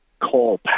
call